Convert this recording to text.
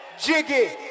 jiggy